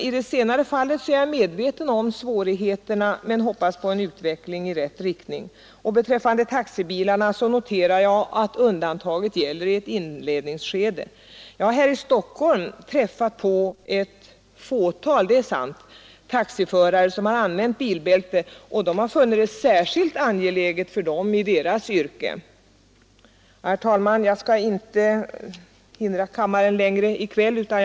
I det senare fallet är jag medveten om svårigheterna men hoppas på en utveckling i rätt riktning. Beträffande taxibilarna noterar jag att undantagen gäller i ett inledningsskede. Jag har här i Stockholm träffat på taxiförare — ett fåtal, det är sant — som har använt bilbälten, och de har funnit det särskilt angeläget för sig i sitt yrke. Herr talman!